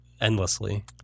endlessly